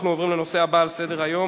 אנחנו עוברים לנושא הבא על סדר-היום: